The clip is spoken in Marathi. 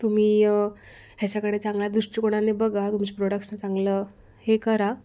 तुम्ही ह्याच्याकडे चांगल्या दृष्टीकोनाने बघा तुमचे प्रोडक्शन चांगलं हे करा